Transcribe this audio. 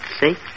See